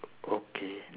o~ okay